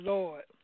Lord